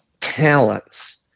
talents